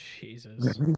Jesus